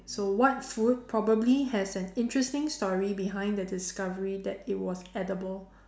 so what food probably has an interesting story behind the discovery that it was edible